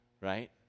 right